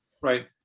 Right